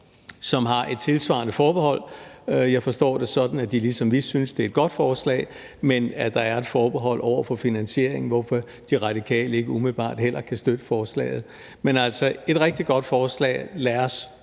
som har et tilsvarende forbehold. Jeg forstår det sådan, at de ligesom vi synes, det er et godt forslag, men at der er et forbehold over for finansieringen, hvorfor De Radikale heller ikke umiddelbart kan støtte forslaget. Men det er altså et rigtig godt forslag,